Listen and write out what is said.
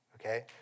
Okay